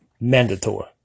mandatory